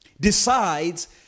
decides